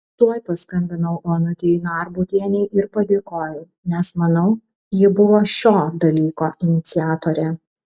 tuoj paskambinau onutei narbutienei ir padėkojau nes manau ji buvo šio dalyko iniciatorė